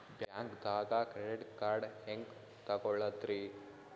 ಬ್ಯಾಂಕ್ದಾಗ credit card ಹೆಂಗ್ ತಗೊಳದ್ರಿ?